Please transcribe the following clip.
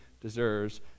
deserves